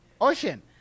Ocean